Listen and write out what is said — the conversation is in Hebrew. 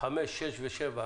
5,6 ו-7,